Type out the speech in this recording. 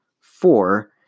four